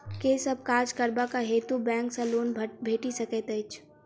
केँ सब काज करबाक हेतु बैंक सँ लोन भेटि सकैत अछि?